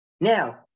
Now